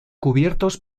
cubiertos